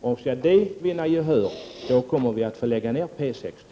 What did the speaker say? Om det förslaget vinner gehör får P 6 tyvärr läggas ned.